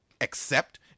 accept